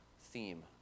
theme